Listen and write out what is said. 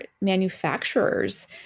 manufacturers